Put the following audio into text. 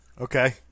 Okay